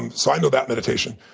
and so i know that meditation.